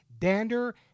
dander